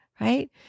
right